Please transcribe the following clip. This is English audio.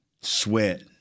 Sweat